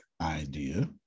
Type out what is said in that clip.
idea